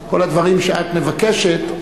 כל הדברים שאת מבקשת,